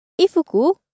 Ifuku